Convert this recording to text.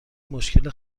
مشکل